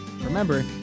Remember